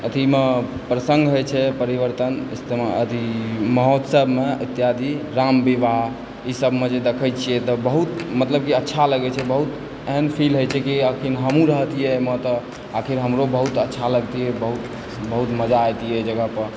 अथीमे प्रसङ्ग होइ छै परिवर्तन अथी महोत्सवमे इत्यादि राम विवाह ई सबमे जे देखै छियै तऽ बहुत मतलब कि अच्छा लागै छै मतलब कि अच्छा लागै छै बहुत एहन फील होइ छै कि हमहुँ रहतिए एहिमे तऽ आखिर हमरो बहुत अच्छा लगतिए बहुत मजा ऐतिऐ ओइ जगहपर